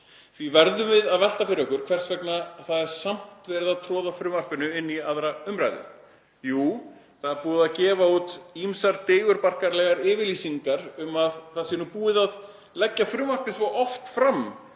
Því verðum við að velta fyrir okkur hvers vegna það er samt verið að troða frumvarpinu í 2. umr. Jú, það er búið að gefa út ýmsar digurbarkalegar yfirlýsingar um að það sé búið að leggja frumvarpið svo oft fram